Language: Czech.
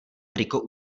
triko